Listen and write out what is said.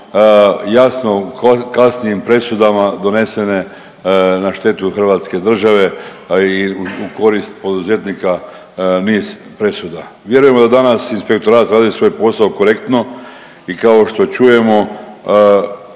jasno kasnijim presudama donesene na štetu hrvatske države, a i u koristi poduzetnika niz presuda. Vjerujemo da danas inspektorat radi svoj posao korektno i kao što čujemo